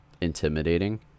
intimidating